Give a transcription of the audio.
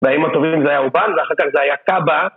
בימים הטובה זה היה אובן ואחר כך זה היה קאבה